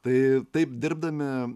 tai taip dirbdami